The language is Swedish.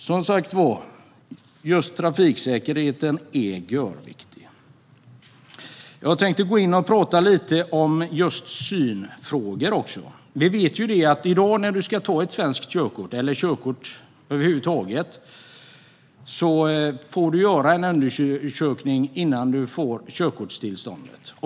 Som sagt var: Just trafiksäkerheten är görviktig. Jag tänkte tala lite om synfrågor också. När man ska ta körkort i dag får man göra en synundersökning innan man får sitt körkortstillstånd.